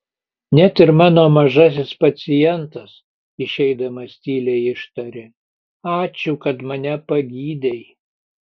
net ir mano mažasis pacientas išeidamas tyliai ištarė ačiū kad mane pagydei